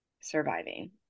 surviving